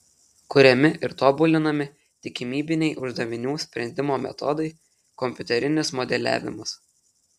kuriami ir tobulinami tikimybiniai uždavinių sprendimo metodai kompiuterinis modeliavimas